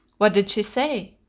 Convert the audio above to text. what did she say?